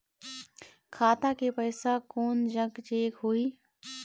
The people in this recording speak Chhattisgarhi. खाता के पैसा कोन जग चेक होही?